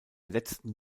letzten